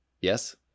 Yes